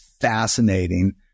fascinating